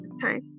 time